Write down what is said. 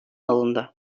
alındı